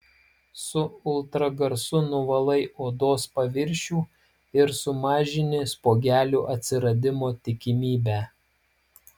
su ultragarsu nuvalai odos paviršių ir sumažini spuogelių atsiradimo tikimybę